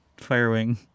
Firewing